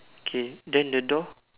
okay then the door